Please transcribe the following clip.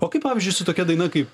o kaip pavyzdžiui su tokia daina kaip